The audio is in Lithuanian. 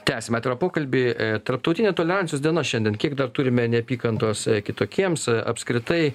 tęsiame atvirą pokalbį tarptautinė tolerancijos diena šiandien kiek dar turime neapykantos kitokiems apskritai